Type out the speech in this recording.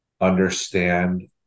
understand